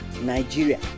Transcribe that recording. Nigeria